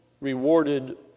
rewarded